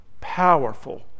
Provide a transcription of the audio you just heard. powerful